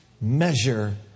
measure